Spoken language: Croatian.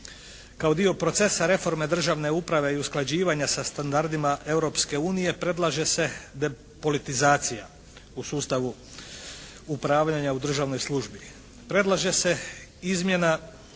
kao dio procesa reforme državne uprave i usklađivanja sa standardima Europske unije predlaže se depolitizacija u sustavu upravljanja u državnoj službi. Predlaže se izmjena